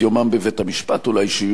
אולי שיהיו שותפים להליך.